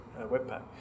Webpack